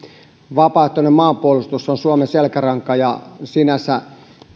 vapaaehtoinen maanpuolustus on suomen selkäranka ja sinänsä